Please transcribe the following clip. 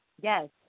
Yes